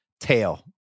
tail